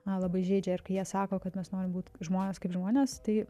na labai žeidžia ir kai jie sako kad mes norim būt žmonės kaip žmonės tai